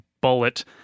bullet